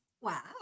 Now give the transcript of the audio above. Wow